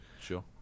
sure